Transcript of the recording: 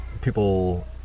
people